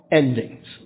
endings